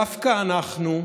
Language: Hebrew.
דווקא אנחנו,